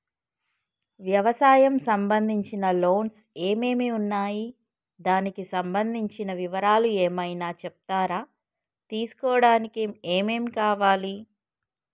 వ్యవసాయం సంబంధించిన లోన్స్ ఏమేమి ఉన్నాయి దానికి సంబంధించిన వివరాలు ఏమైనా చెప్తారా తీసుకోవడానికి ఏమేం కావాలి?